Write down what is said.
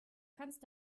kannst